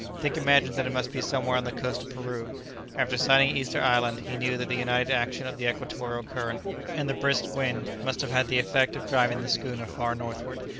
dick imagined that it must be somewhere on the coast of peru after sighting easter island, he knew that the united action of the equatorial current and the brisk wind must have had the effect of driving the schooner far northward,